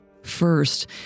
First